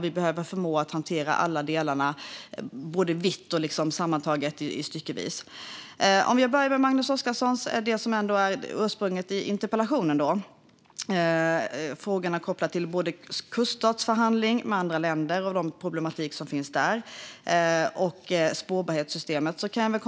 Vi behöver förmå att hantera alla delarna både vitt och styckevis. Jag börjar med Magnus Oscarssons frågor, som är ursprunget till interpellationen och som är kopplade såväl till kuststatsförhandling med andra länder och den problematik som finns där som till spårbarhetssystemet.